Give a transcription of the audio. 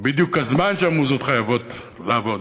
זה בדיוק הזמן שהמוזות חייבות לעבוד,